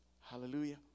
Hallelujah